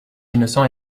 innocent